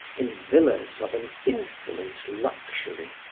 in villas of an insolent luxury,